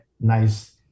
nice